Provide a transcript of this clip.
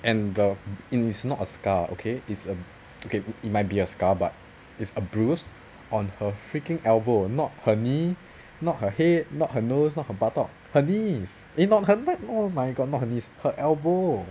and the it is not a scar okay it's a okay it might be a scar but it's a bruise on her freaking elbow not her knee not her head not her nose not her buttock her knees eh not her neck oh my god not her knees her elbow